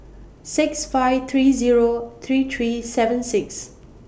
six five three Zero three three seven six